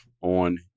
on